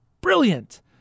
brilliant